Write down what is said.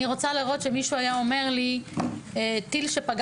אני רוצה לראות שמישהו היה אומר לי שעל טיל שנפל